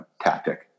tactic